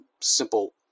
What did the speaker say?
simple